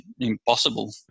impossible